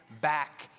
back